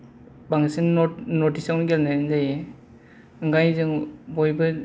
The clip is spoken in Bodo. बांसिन नर्थइस्ट आवनो गेलेनाय जायो ओंखायनो जों बयबो